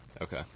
Okay